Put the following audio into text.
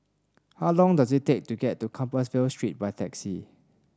how long does it take to get to Compassvale Street by taxi